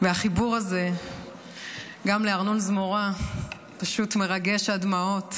והחיבור הזה גם לארנון זמורה פשוט מרגש עד דמעות.